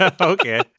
okay